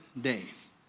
days